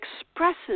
expresses